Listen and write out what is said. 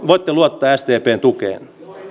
voitte luottaa sdpn tukeen